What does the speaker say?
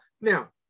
Now